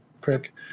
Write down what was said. quick